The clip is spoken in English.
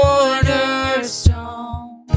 Cornerstone